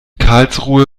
karlsruhe